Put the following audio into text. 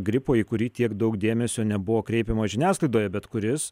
gripo į kurį tiek daug dėmesio nebuvo kreipiama žiniasklaidoje bet kuris